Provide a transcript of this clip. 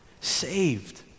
Saved